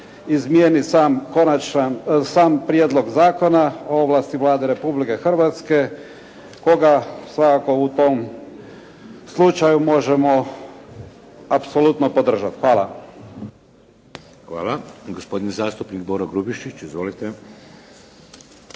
izmijeni sam Prijedlog Zakona o ovlasti Vlade Republike Hrvatske koga svakako u tom slučaju možemo apsolutno podržati. Hvala. **Šeks, Vladimir (HDZ)** Hvala. Gospodin zastupnik Boro Grubišić. Izvolite.